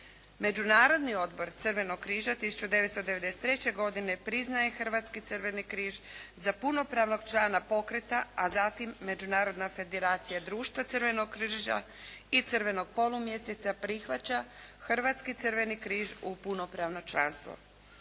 Međunarodni odbor Crvenog križa 1993. godine priznaje Hrvatski crveni križ za punopravnog člana pokreta, a zatim Međunarodna federacija društva Crvenog križa i Crvenog polumjeseca prihvaća Hrvatski crveni križ u punopravno članstvo.